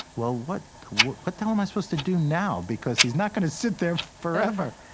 well, what what the hell am i supposed to do now? because he's not going to sit there forever.